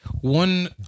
one